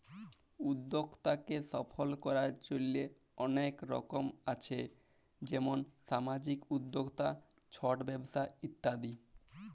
উদ্যক্তাকে সফল করার জন্হে অলেক রকম আছ যেমন সামাজিক উদ্যক্তা, ছট ব্যবসা ইত্যাদি